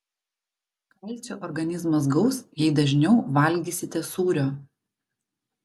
kalcio organizmas gaus jei dažniau valgysite sūrio